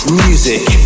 music